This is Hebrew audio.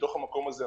מתוך המקום הזה,